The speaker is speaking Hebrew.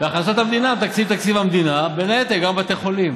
מהכנסות המדינה מבצעים את תקציב המדינה בין היתר את בתי חולים.